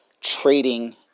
trading